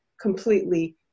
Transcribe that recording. completely